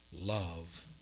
love